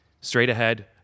straight-ahead